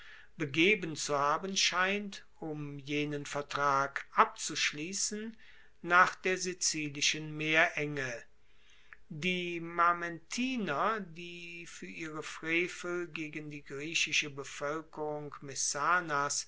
begeben zu haben scheint um jenen vertrag abzuschliessen nach der sizilischen meerenge die mamertiner die fuer ihre frevel gegen die griechische bevoelkerung messanas